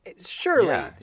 surely